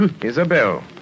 Isabel